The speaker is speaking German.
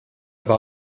war